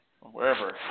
Wherever